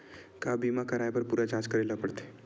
का बीमा कराए बर पूरा जांच करेला पड़थे?